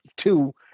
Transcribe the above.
two